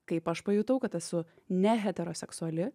kaip aš pajutau kad esu ne heteroseksuali